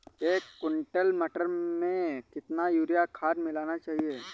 एक कुंटल मटर में कितना यूरिया खाद मिलाना चाहिए?